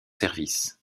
service